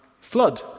flood